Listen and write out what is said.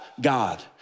God